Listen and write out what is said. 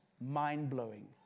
mind-blowing